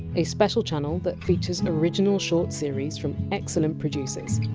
a special channel that features original short series from excellent producers.